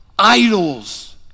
Idols